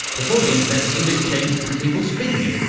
before the internet, english changed through people speaking it,